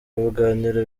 biganiro